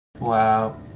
Wow